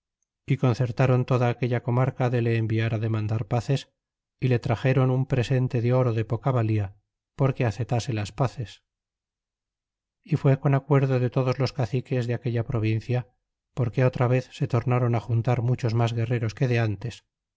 y concertáron toda aquella comarca de le enviará demandar paces é le traxéron un presente de oro de poca valía porque acetase las paces é fué con acuerdo de todos los caciques de aquella provincia porque otra vez se tornaron juntar muchos mas guerreros que de ntes